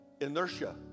inertia